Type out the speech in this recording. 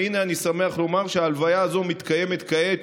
ואני שמח לומר שההלוויה הזאת מתקיימת כעת